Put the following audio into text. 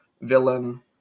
villain